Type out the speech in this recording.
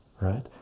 right